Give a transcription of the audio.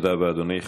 תודה רבה, אדוני.